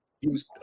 use